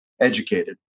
educated